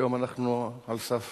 היום אנחנו על סף